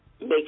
make